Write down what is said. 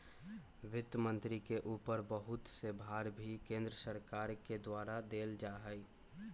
वित्त मन्त्री के ऊपर बहुत से भार भी केन्द्र सरकार के द्वारा देल जा हई